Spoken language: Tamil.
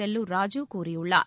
செல்லூர் ராஜு கூறியுள்ளார்